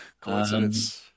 coincidence